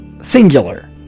singular